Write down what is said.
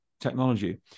technology